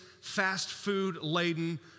fast-food-laden